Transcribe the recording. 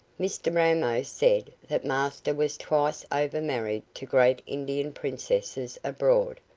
mr ramo said that master was twice over married to great indian princesses, abroad.